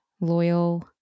loyal